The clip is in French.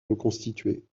reconstitué